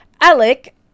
alec